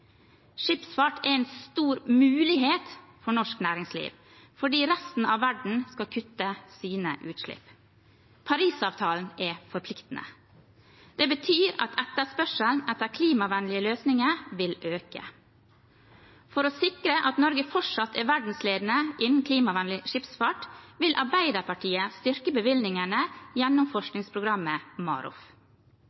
Skipsfart er en stor mulighet for norsk næringsliv fordi resten av verden skal kutte sine utslipp. Parisavtalen er forpliktende. Det betyr at etterspørselen etter klimavennlige løsninger vil øke. For å sikre at Norge fortsatt er verdensledende innen klimavennlig skipsfart, vil Arbeiderpartiet styrke bevilgningene gjennom